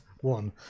one